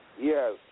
Yes